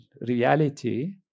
reality